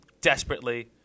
desperately